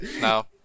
No